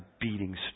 beating